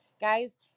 Guys